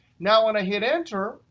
now, when i hit enter,